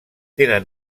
tenen